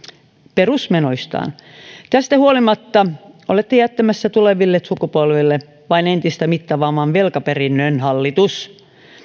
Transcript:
perusmenoistaan tästä huolimatta olette jättämässä tuleville sukupolville vain entistä mittavamman velkaperinnön hallitus